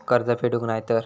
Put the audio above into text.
कर्ज फेडूक नाय तर?